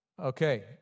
Okay